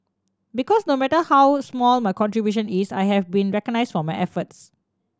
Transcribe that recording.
because no matter how small my contribution is I have been recognised for my efforts